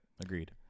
Agreed